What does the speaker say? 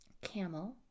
camel